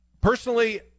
personally